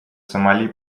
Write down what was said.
сомали